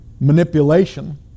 manipulation